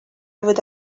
would